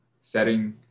setting